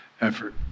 effort